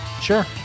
sure